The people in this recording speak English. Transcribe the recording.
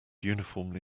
uniformly